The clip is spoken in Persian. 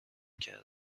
کرده